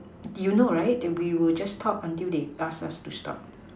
you know right they we will just talk until they ask us to stop